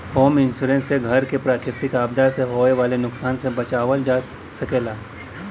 home insurance से घर क प्राकृतिक आपदा से होये वाले नुकसान से बचावल जा सकला